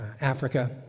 Africa